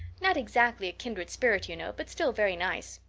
not exactly a kindred spirit, you know, but still very nice.